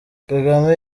kagame